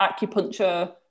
acupuncture